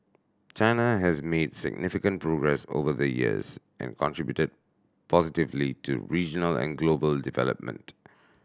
China has made significant progress over the years and contributed positively to regional and global development